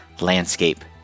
landscape